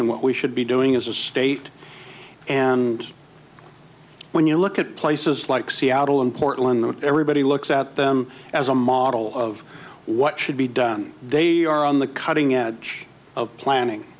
and what we should be doing as a state and when you look at places like seattle and portland that everybody looks at them as a model of what should be done they are on the cutting edge of planning